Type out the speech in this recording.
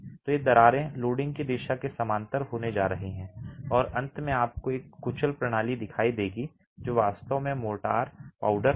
तो ये दरारें लोडिंग की दिशा के समानांतर होने जा रही हैं और अंत में आपको एक कुचल प्रणाली दिखाई देगी जो वास्तव में मोर्टार पाउडर होगी